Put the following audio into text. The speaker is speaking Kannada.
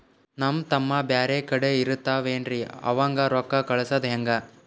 ನಮ್ ತಮ್ಮ ಬ್ಯಾರೆ ಕಡೆ ಇರತಾವೇನ್ರಿ ಅವಂಗ ರೋಕ್ಕ ಕಳಸದ ಹೆಂಗ?